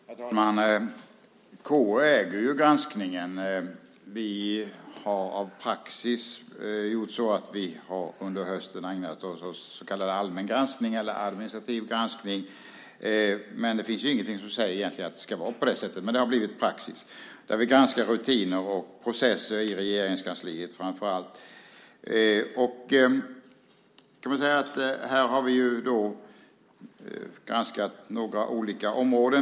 Herr talman! KU äger granskningen. Vi har av praxis gjort så att vi under hösten har ägnat oss åt så kallad allmän granskning, administrativ granskning. Egentligen finns det ingenting som säger att det ska vara på det sättet, men det har blivit praxis. Vi granskar framför allt rutiner och processer i Regeringskansliet. Vi har nu granskat några olika områden.